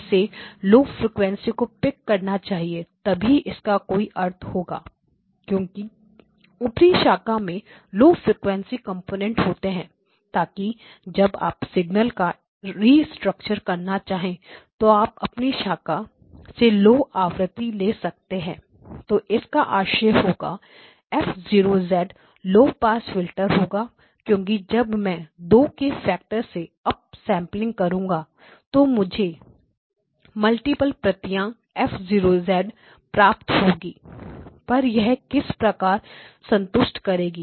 इसे लौ फ्रीक्वेंसीइस को पिक करना चाहिए तभी इसका कोई अर्थ होगा क्योंकि ऊपरी शाखा में लौ फ्रीक्वेंसी कंपोनेंट होते हैं ताकि जब आप सिग्नल का रिस्ट्रक्चर करना चाहे तो आप अपनी शाखा से लो आवृत्ति ले सकते हैं तो इसका आशय होगा F 0 लो पास फिल्टर होगा क्योंकि जब मैं दो के फैक्टर से अप सैंपलिंग करूंगा तो मुझे मल्टीपल प्रतियां F0 प्राप्त होंगी पर यह किस प्रकार संतुष्ट करेंगी